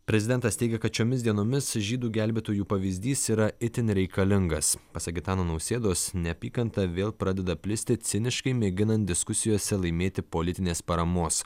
prezidentas teigia kad šiomis dienomis žydų gelbėtojų pavyzdys yra itin reikalingas pasak gitano nausėdos neapykanta vėl pradeda plisti ciniškai mėginant diskusijose laimėti politinės paramos